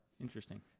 Interesting